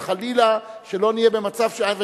אבל חלילה שלא נהיה במצב שאז,